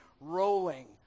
rolling